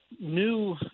new